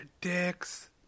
dicks